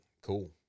cool